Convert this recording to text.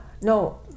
No